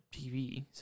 TV